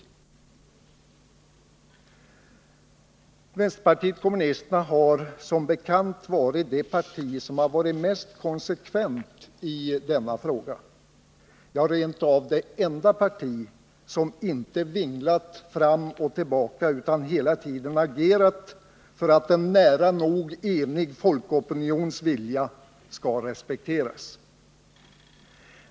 Vänsterpartiet kommunisterna har som bekant varit det parti som varit mest konsekvent i denna fråga, ja, rent av det enda parti som inte vinglat fram och tillbaka utan hela tiden agerat för att en nära nog enig folkopinions vilja skall respekteras.